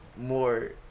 more